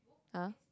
!huh!